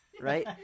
right